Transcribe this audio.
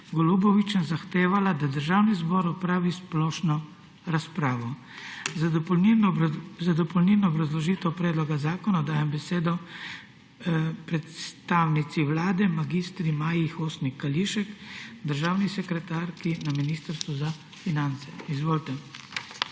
Golubovićem zahtevala, da Državni zbor opravi splošno razpravo. Za dopolnilno obrazložitev predloga zakona dajem besedo predstavnici Vlade mag. Maji Hostnik Kališek, državni sekretarki na Ministrstvu za finance. Izvolite.